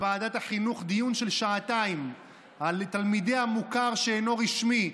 בוועדת החינוך דיון של שעתיים על תלמידי המוכר שאינו רשמי,